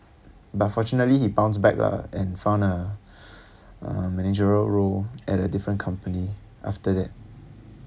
but fortunately he bounced back lah and found a manager role at a different company after that